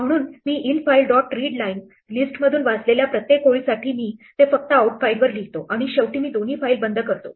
म्हणून मी infile dot readline लिस्टमधून वाचलेल्या प्रत्येक ओळीसाठी मी ते फक्त आउटफाइलवर लिहितो आणि शेवटी मी दोन्ही फायली बंद करतो